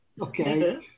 Okay